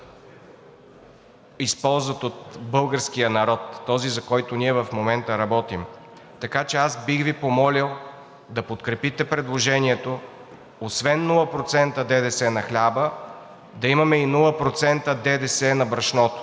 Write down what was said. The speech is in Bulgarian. използват от българския народ – този, за който ние в момента работим. Аз бих Ви помолил да подкрепите предложението – освен 0% ДДС на хляба, да имаме и 0% ДДС на брашното.